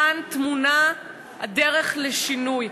כאן טמונה הדרך לשינוי.